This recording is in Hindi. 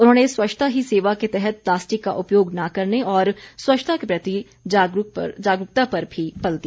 उन्होंने स्वच्छता ही सेवा के तहत प्लास्टिक का उपयोग न करने और स्वच्छता के प्रति जागरूकता पर भी बल दिया